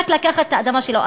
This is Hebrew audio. רק לקחת את האדמה שלו.